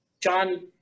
John